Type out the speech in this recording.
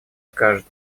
скажет